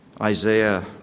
Isaiah